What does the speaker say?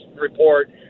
report